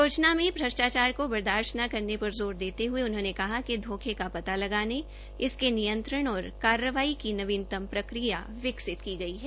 योजना में भ्रष्टाचार को बर्दास्त न करने पर ज़ोर देते हये उन्होंने कहा कि धोखे का पता लगाने इसके नियंत्रण और कार्रवाई की नीवनतम प्रक्रिया विकसित की गई है